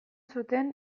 zuten